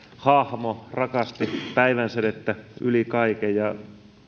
hahmo rakasti päivänsädettä yli kaiken ja